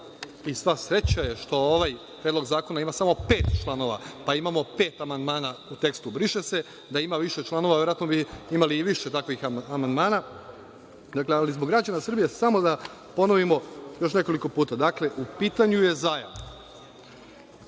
i sva sreća je što ovaj Predlog zakona ima samo pet članova, pa imamo pet amandmana u tekstu briše se, da ima više članova verovatno bi imali i više takvih amandmana, ali zbog građana Srbije samo da ponovimo još nekoliko puta. Dakle, u pitanju je zajam